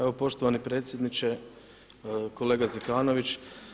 Evo poštovani predsjedniče, kolega Zekanović.